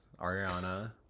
Ariana